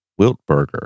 Wiltberger